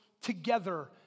together